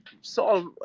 solve